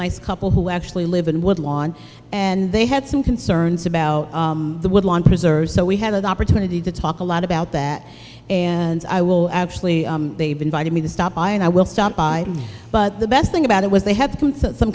nice couple who actually live in woodlawn and they had some concerns about the woodlawn preserves so we had an opportunity to talk a lot about that and i will actually they've invited me to stop by and i will stop by but the best thing about it was they had some